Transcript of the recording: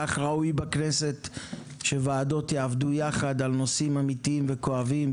כך ראוי בכנסת שוועדות יעבדו ביחד על נושאים אמיתיים וכואבים,